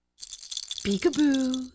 peekaboo